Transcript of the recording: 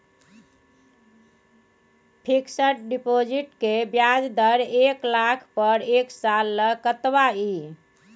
Fixed deposit के ब्याज दर एक लाख पर एक साल ल कतबा इ?